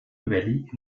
valley